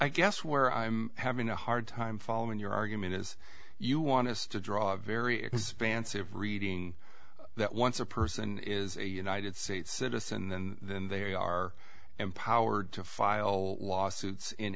guess where i'm having a hard time following your argument is you want us to draw a very expansive reading that once a person is a united states citizen and they are empowered to file lawsuits in